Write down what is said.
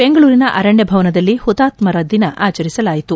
ಬೆಂಗಳೂರಿನ ಅರಣ್ಯ ಭವನದಲ್ಲಿ ಹುತಾತ್ಮರ ದಿನ ಆಚರಿಸಲಾಯಿತು